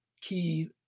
key